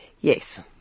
Yes